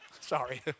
Sorry